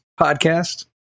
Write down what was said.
podcast